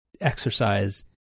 exercise